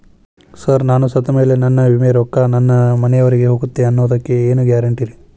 Sir ನಾನು ಸತ್ತಮೇಲೆ ನನ್ನ ವಿಮೆ ರೊಕ್ಕಾ ನನ್ನ ಮನೆಯವರಿಗಿ ಹೋಗುತ್ತಾ ಅನ್ನೊದಕ್ಕೆ ಏನ್ ಗ್ಯಾರಂಟಿ ರೇ?